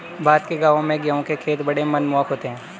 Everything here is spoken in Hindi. भारत के गांवों में गेहूं के खेत बड़े मनमोहक होते हैं